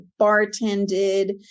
bartended